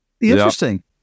Interesting